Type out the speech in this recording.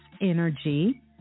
Energy